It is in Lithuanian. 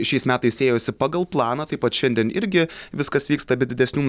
šiais metais ėjosi pagal planą taip pat šiandien irgi viskas vyksta be didesnių